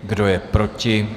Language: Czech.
Kdo je proti?